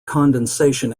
condensation